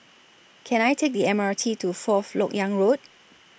Can I Take The M R T to Fourth Lok Yang Road